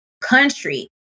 country